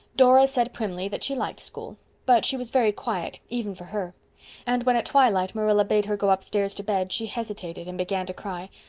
dora said primly that she liked school but she was very quiet, even for her and when at twilight marilla bade her go upstairs to bed she hesitated and began to cry.